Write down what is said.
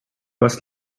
was